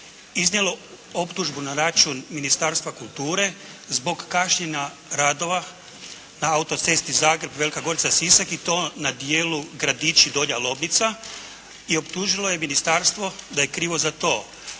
iznijelo optužbu na račun Ministarstva kulture zbog kašnjenja radova na autocesti Zagreb-Velika Gorica-Sisak i to na dijelu Gradići, Donja Lomnica i optužilo je Ministarstvo da je krivo za to.